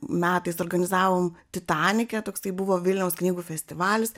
metais organizavom titanike toksai buvo vilniaus knygų festivalis